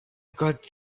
got